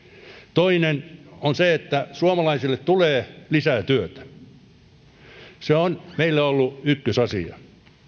toinen on se että suomalaisille tulee lisää työtä se on meille ollut ykkösasia